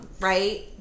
right